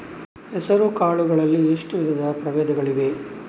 ಹೆಸರುಕಾಳು ಗಳಲ್ಲಿ ಎಷ್ಟು ವಿಧದ ಪ್ರಬೇಧಗಳಿವೆ?